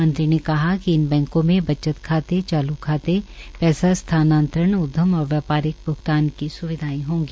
मंत्री ने कहा कि इन बैंको में बचत खाते चालू खाते पैसा स्थानातरण उद्यम और व्यापारिक भ्गतान की स्विधाएं होगी